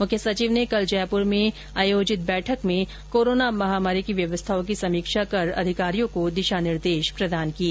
मुख्य सचिव ने कल जयपुर में आयोजित बैठक में कोरोना महामारी की व्यवस्थाओं की समीक्षा कर अधिकारियों को दिशा निर्देश प्रदान किए